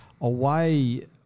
away